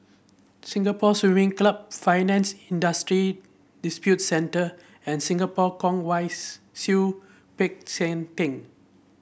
Singapore Swimming Club Finance Industry Disputes Center and Singapore Kwong Wai Siew Peck San Theng